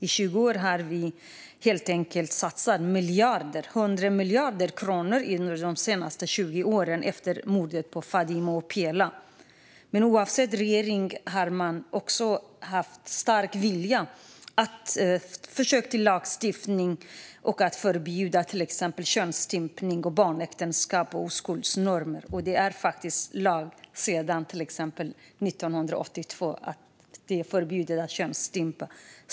I 20 år har vi satsat miljarder - 100 miljarder kronor - efter morden på Fadime och Pela. Oavsett regering har det funnits en stark vilja att försöka lagstifta och förbjuda till exempel könsstympning, barnäktenskap och oskuldsnormer. Det finns faktiskt en lag sedan 1982 som förbjuder könsstympning.